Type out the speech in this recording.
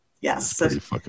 yes